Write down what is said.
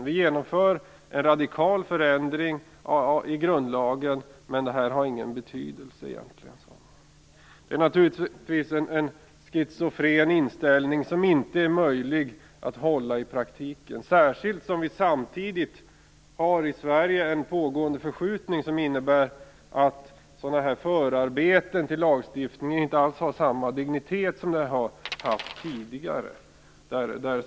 Vi genomförde en radikal förändring i grundlagen, men man sade att den i praktiken egentligen inte har någon betydelse. Det är naturligtvis en schizofren inställning som inte är möjlig att ha i praktiken, särskilt som vi samtidigt i Sverige har en pågående förskjutning som innebär att sådana förarbeten till lagstiftning inte alls har samma dignitet som de har haft tidigare.